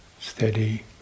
steady